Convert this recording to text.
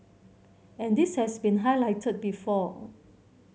and this has been highlighted before